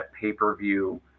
pay-per-view